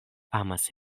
amas